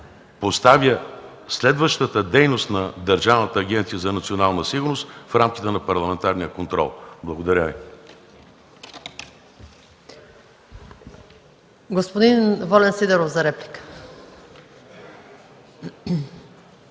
поставя следващата дейност на Държавната агенция „Национална сигурност” в рамките на парламентарния контрол. Благодаря